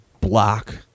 block